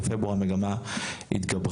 בפברואר המגמה התגברה.